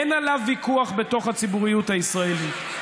אין עליו ויכוח בתוך הציבוריות הישראלית.